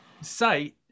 site